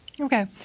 Okay